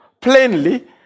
plainly